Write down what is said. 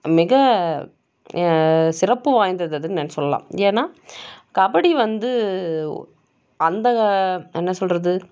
மிக சிறப்பு வாய்ந்தது அதென்னு நான் சொல்லலாம் ஏன்னால் கபடி வந்து அந்த என்ன சொல்வது